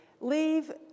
leave